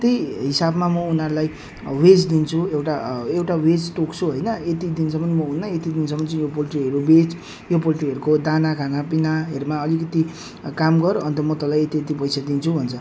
त्यही हिसाबमा म उनीहरूलाई अब वेज दिन्छु एउटा एउटा वेज तोक्छु होइन यति दिनसम्म म हुन्न म यति दिनसम्म चाहिँ यो पोल्ट्रीहरू बेच यो पोल्ट्रीहरूको दाना खाना पिनाहरूमा अलिकति काम गर अन्त म तँलाई यति यति पैसा दिन्छु भन्छ